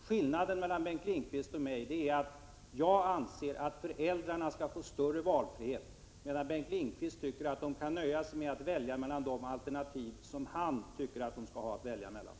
Skillnaden mellan mig och Bengt Lindqvist är att jag anser att föräldrarna skall få större valfrihet, medan Bengt Lindqvist tycker att de kan nöja sig med att välja mellan de alternativ som han anser att de skall ha att välja bland.